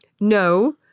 No